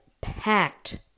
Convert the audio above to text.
packed